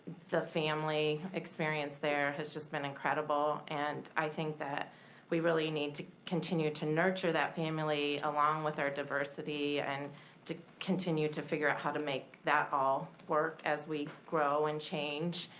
the family experience there has just been incredible. and i think that we really need to continue to nurture that family along with their diversity, and to continue to figure out how to make that all work as we grow and change.